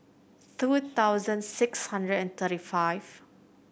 two thousand six hundred and thirty five